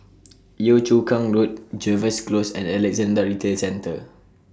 Yio Chu Kang Road Jervois Close and Alexandra Retail Centre